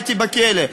הייתי בכלא.